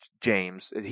James